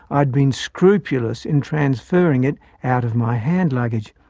i had been scrupulous in transferring it out of my hand luggage.